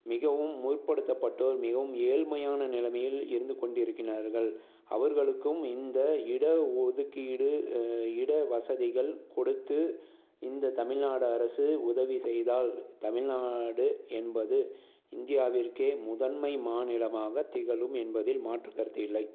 மிகவும் முற்படுத்தப்பட்டோர் மிகவும் ஏழ்மையான நிலமையில் இருந்து கொண்டு இருக்கின்னார்கள் அவர்களுக்கும் இந்த இட ஒதுக்கீடு இட வசதிகள் கொடுத்து இந்த தமிழ்நாடு அரசு உதவி செய்தால் தமிழ்நாடு என்பது இந்தியாவிற்கே முதன்மை மாநிலமாக திகழும் என்பதில் மாற்று கருத்து இல்லை